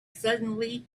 suddenly